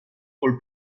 col